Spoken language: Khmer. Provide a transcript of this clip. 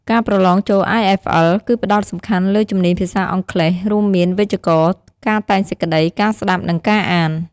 ការប្រឡងចូល IFL គឺផ្ដោតសំខាន់លើជំនាញភាសាអង់គ្លេស រួមមាន វេយ្យាករណ៍ ការតែងសេចក្ដី ការស្ដាប់ និងការអាន។